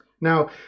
Now